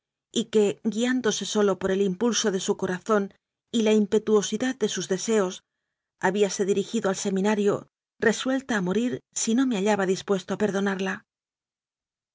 y que guiándose sólo por el impulso de su corazón y la impetuosidad de sus deseos habíase dirigido al seminario resuelta a morir si no me hallaba dispuesto a perdonarla